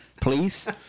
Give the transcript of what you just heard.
Please